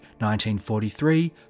1943